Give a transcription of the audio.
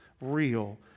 real